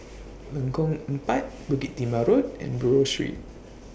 Lengkong Empat Bukit Timah Road and Buroh Street